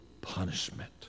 punishment